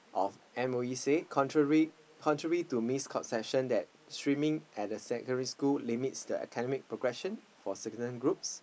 of M_O_E said countrary contrary to misconception that streaming at the secondary school limit the academic progression for certain groups